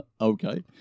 Okay